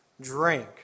drink